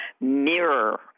mirror